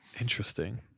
Interesting